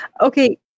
Okay